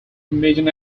commission